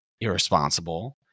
irresponsible